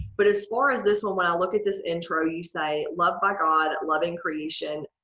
but as far as this one when i look at this intro you say love by god, loving creation,